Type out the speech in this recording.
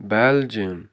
Belgium